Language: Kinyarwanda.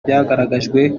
byagaragajwe